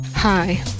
Hi